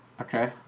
Okay